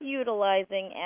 utilizing